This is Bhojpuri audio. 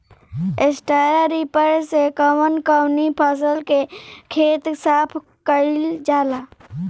स्टरा रिपर से कवन कवनी फसल के खेत साफ कयील जाला?